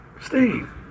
Steve